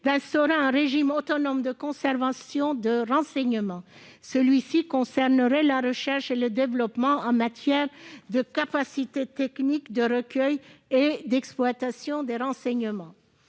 instaure un régime autonome de conservation des renseignements pour les besoins de la recherche et du développement en matière de capacités techniques de recueil et d'exploitation des renseignements.